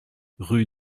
rue